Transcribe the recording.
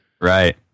Right